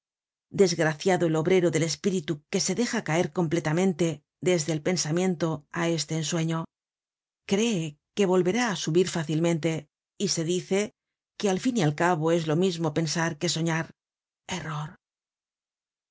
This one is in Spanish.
desgraciado el obrero del espíritu que se deja caer completamente desde el pensamiento á este ensueño cree que volverá á subir fácilmente y se dice que al fin y al cabo es lo mismo pensar que soñar error